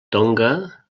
tonga